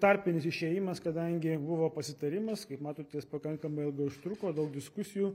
tarpinis išėjimas kadangi buvo pasitarimas kaip matot jis pakankamai ilgai užtruko daug diskusijų